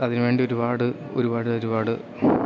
അതിനു വേണ്ടി ഒരുപാട് ഒരുപാട് ഒരുപാട്